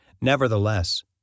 Nevertheless